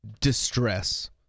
distress